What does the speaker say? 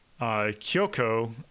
Kyoko